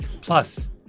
Plus